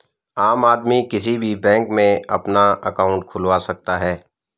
आम आदमी किसी भी बैंक में अपना अंकाउट खुलवा सकता है